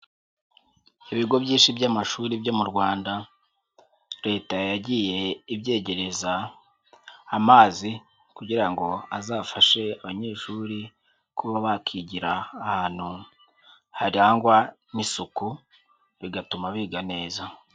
Ibigo byinshi by'amashuri byo mu Rwanda, Leta yagiye ibyegereza amazi, kugira ngo azafashe abanyeshuri, kuba bakigira ahantu harangwa n'isuku, bigatuma biga neza.